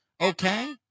okay